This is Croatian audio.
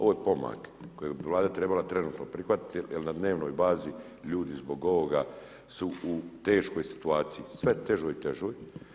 Ovo je pomak koji bi Vlada trebala trenutno prihvatiti jer na dnevnoj bazi ljudi zbog ovoga su u teškoj situaciji, sve težoj i težoj.